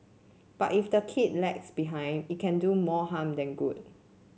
but if the kid lags behind it can do more harm than good